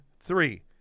three